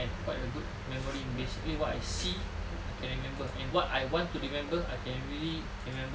quite a good memory basically what I see I can remember and what I want to remember I can really remember